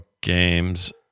games